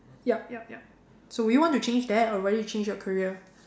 yup yup yup so would you want to change that or rather your career